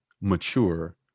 mature